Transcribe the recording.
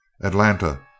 Atlanta